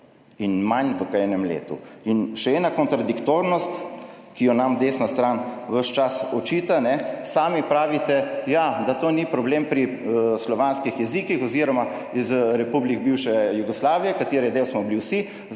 in v manj kot enem letu. Še ena kontradiktornost, ki nam jo desna stran ves čas očita. Sami pravite, da to ni problem pri slovanskih jezikih oziroma iz republik bivše Jugoslavije, katere del smo bili vsi.